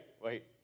wait